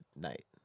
night